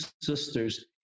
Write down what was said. sisters